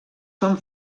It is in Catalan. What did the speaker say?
són